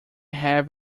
have